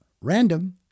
random